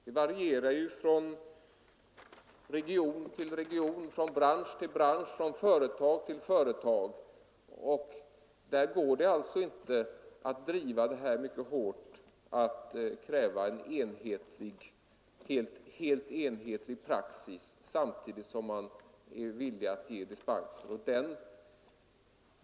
De varierar från region till region, från bransch till bransch, från företag till företag och det går alltså inte att driva kravet på helt enhetlig praxis mycket hårt samtidigt som man är villig att ge dispens från den.